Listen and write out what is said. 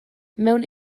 mewn